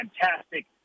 fantastic